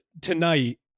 tonight